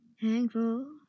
thankful